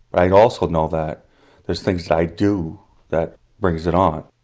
i also know that there's things that i do that brings it on.